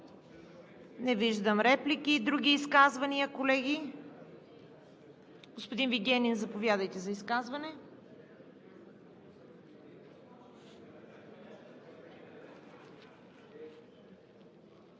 Не виждам. Други изказвания, колеги? Господин Вигенин, заповядайте за изказване.